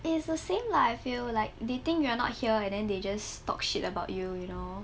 it's the same lah I feel like they think you are not here and then they just talk shit about you you know